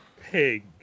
pig